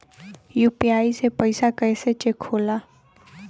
UPI से पैसा कैसे चेक होला?